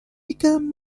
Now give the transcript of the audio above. become